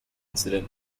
accident